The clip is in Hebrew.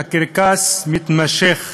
אני חושב שהקרקס מתמשך וממשיך.